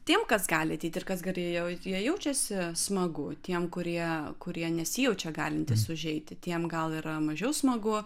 tiem kas gali ateiti ir kas galėjo jie jaučiasi smagu tiem kurie kurie nesijaučia galintys užeiti tiem gal yra mažiau smagu